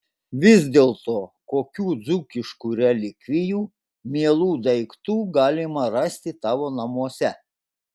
vis dėlto kokių dzūkiškų relikvijų mielų daiktų galima rasti tavo namuose